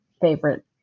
favorite